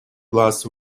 glass